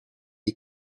est